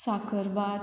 साकरभात